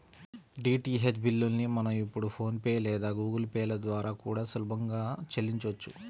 DTH బిల్లుల్ని మనం ఇప్పుడు ఫోన్ పే లేదా గుగుల్ పే ల ద్వారా కూడా సులభంగా చెల్లించొచ్చు